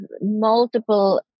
multiple